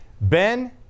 Ben